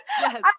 Yes